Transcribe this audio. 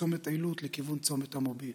בצומת עילוט לכיוון צומת המוביל,